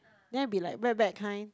then it will be like wet wet kind